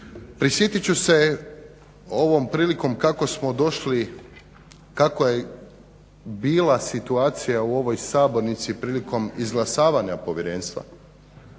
Prisjetit ću se ovom prilikom kako smo došli, kako je bila situacija u ovoj sabornici prilikom izglasavanja Povjerenstva.